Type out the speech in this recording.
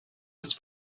ist